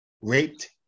raped